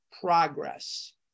progress